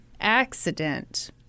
accident